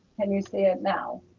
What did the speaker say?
and you see it now?